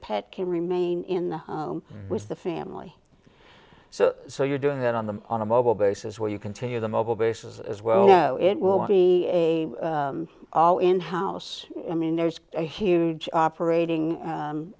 pet can remain in the home with the family so so you're doing it on the on a mobile bases where you continue the mobile bases as well no it will be a all in house i mean there's a huge operating